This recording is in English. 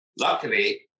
Luckily